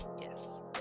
Yes